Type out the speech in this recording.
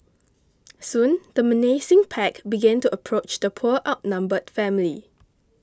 soon the menacing pack began to approach the poor outnumbered family